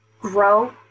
grow –